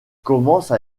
commence